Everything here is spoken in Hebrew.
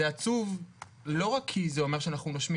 זה עצוב לא רק כי זה אומר שאנחנו נושמים